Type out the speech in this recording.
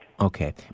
Okay